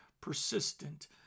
persistent